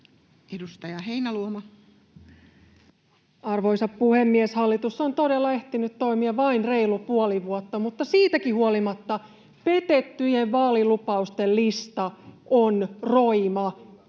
Content: Arvoisa puhemies! Hallitus on todella ehtinyt toimia vain reilu puoli vuotta, mutta siitäkin huolimatta petettyjen vaalilupausten lista on roima, varsinkin